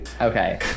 Okay